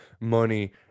money